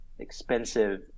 expensive